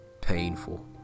painful